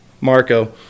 marco